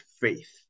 faith